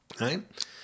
right